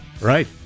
Right